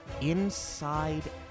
Inside